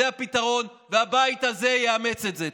זה הפתרון, והבית הזה יאמץ את זה.